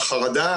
החרדה,